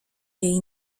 jej